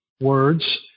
words